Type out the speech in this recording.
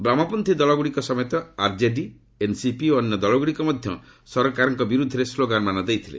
ବାମପଚ୍ଛା ଦଳଗୁଡ଼ିକ ସମେତ RJD NCP ଓ ଅନ୍ୟ ଦଳଗୁଡ଼ିକ ମଧ୍ୟ ସରକାରଙ୍କ ବିରୁଦ୍ଧରେ ସ୍ଲୋଗାନ୍ମାନ ଦେଇଥିଲେ